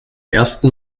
ersten